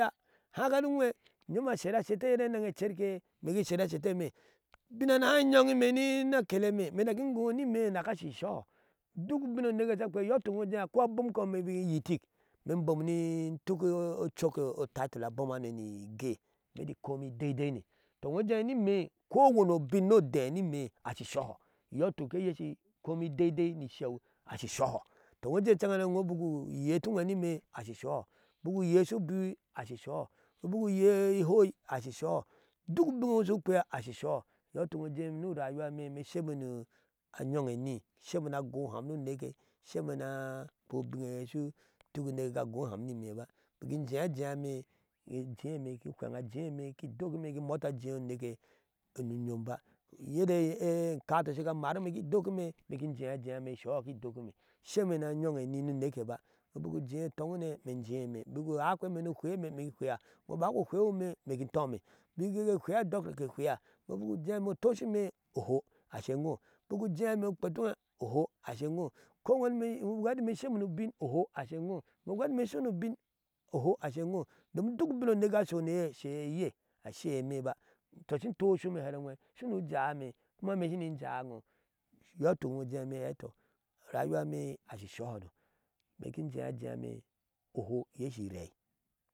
Iyom a seta seteye ne engegue kekeyi imegi seta setema ubin hano hai yogyi imeena keleme imee indaki gɔ ashi soho duk ubino neke sa kweya iyotuk ujeh akwai abom kom biki iyitik, imee imbom ni tuk okoce o titteke ni geh komi daidaine, to ni imee kowane ubin noden ni imee ashishoho iyotuk ke yasha komi daidaine, shey a shisoho to iwo ujee lucehane buku yeh toweh nimeh ashisoho buku uyeeh su biwi ashi soho buku iyeeh ihoi ashisoho duk ubinniwo su kwiya ashisoho duk ubinne ewoosu kwiya ashisoho iyo ituk nu rayuwa emeh imee insheme na yogye ni oham nu keke sheme na kweebineye ya tuku a guham ni imee ba imbiki ijiya jiya imee in phengya jiya emeeh ki dokime, immote eseeh oneke nu yomba yanda inkate shiga marime ki clokime imee ki jiya jiya emee isoho ki dokime sheme na yogyeni nu neke ba buku jeeh utonme, imee ijee imee buku oaphime nu pheene imee pheeh bu gigu pheehwome imee intome biki pheer dukiyar ke fiya oho ashingo, ko wan ubin oho ashingo, domin duk ubin oneke aso nya ashe eye ashei emeba shi to oshuma hai oweeek sunu jame kuma imee shimi jaa iwooh iyo tuk rayuwa imeashi shohoo imeeki jiya jiyame oho iye ashi rai.